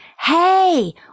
hey